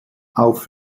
auf